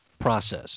process